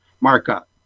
markup